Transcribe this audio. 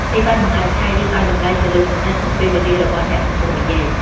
នេះបានបង្ហាញថា យើងឲ្យតម្លៃទៅលើគំនិត និងពេលវេលារបស់អ្នកកំពុងនិយាយ។